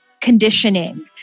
conditioning